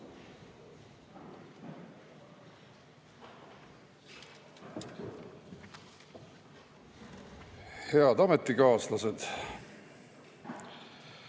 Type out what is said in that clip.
Head ametikaaslased!